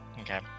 Okay